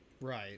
Right